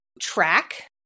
track